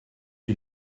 you